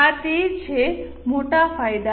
આ તે છે મોટા ફાયદા